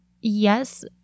yes